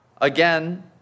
again